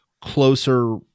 closer